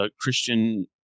Christian